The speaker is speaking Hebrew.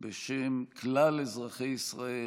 בשם כלל אזרחי ישראל,